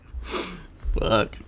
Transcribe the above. fuck